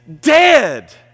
dead